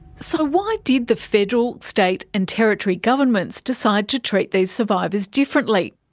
so why did the federal, state and territory governments decide to treat these survivors differently?